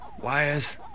wires